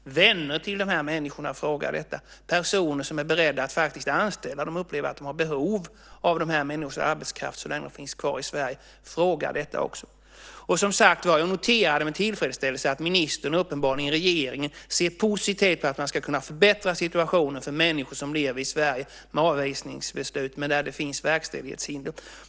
Vänner till de här människorna frågar detta. Personer som faktiskt är beredda att anställa dem och upplever att de har behov av de här människornas arbetskraft så länge de finns kvar i Sverige frågar detta. Jag noterade med tillfredsställelse att ministern, och uppenbarligen regeringen, ser positivt på att man ska kunna förbättra situationen för människor som lever i Sverige med avvisningsbeslut men där det finns verkställighetshinder.